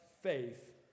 faith